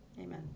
amen